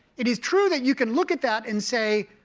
it is true that you can look at that and say,